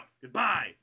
Goodbye